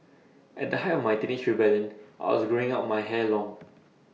at the height of my teenage rebellion I was growing out my hair long